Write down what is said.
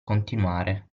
continuare